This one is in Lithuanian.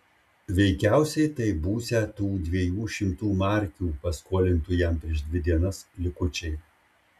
veikiausiai tai būsią tų dviejų šimtų markių paskolintų jam prieš dvi dienas likučiai